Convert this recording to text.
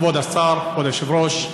כבוד השר, כבוד היושב-ראש,